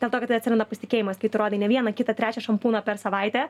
dėl to kad atsiranda pasitikėjimas kai tu rodai ne vieną kitą trečią šampūną per savaitę